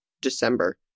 december